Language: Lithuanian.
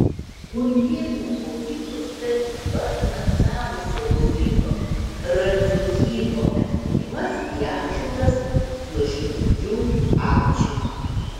kurnėnų mokyklos statybą finansavusio lauryno radziukyno atminimas įamžintas nuoširdžiu ačiū